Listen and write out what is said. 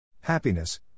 Happiness